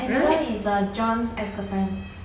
angela is uh john's ex-girlfriend